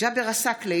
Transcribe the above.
ג'אבר עסאקלה,